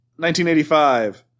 1985